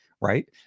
Right